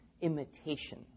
imitation